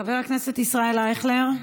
חבר הכנסת ישראל אייכלר,